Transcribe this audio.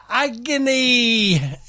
Agony